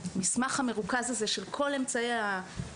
בהפצה של המסמך המרוכז הזה עם כל אמצעי הפרסום,